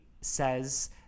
says